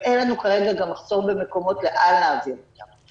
ואין לנו כרגע גם מחסור במקומות לאן להעביר אותם.